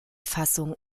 fassung